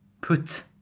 put